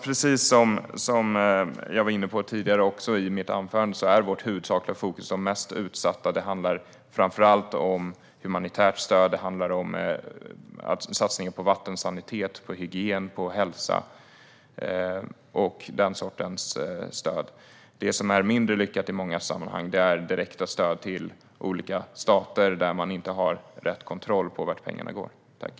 Precis som jag var inne på i mitt huvudanförande är vårt huvudsakliga fokus de mest utsatta. Det handlar framför allt om humanitärt stöd och om satsningar på vatten, sanitet, hygien, hälsa och den sortens stöd. Det som är mindre lyckat i många sammanhang är direkta stöd till olika stater där man inte har rätt kontroll på vad pengarna går till.